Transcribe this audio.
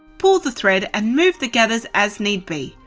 pull the thread and move the gathers as need be.